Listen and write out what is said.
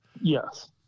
yes